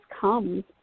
comes